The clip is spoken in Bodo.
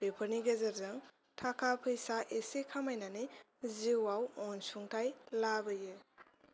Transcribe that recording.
बेफोरनि गेजेरजों थाखा फैसा एसे खामायनानै जिवाव अनसुंथाय लाबोयो